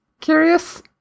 curious